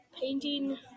painting